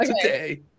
today